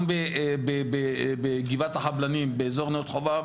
גם בגבעת החבלנים באזור נאות חובב,